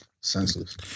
Senseless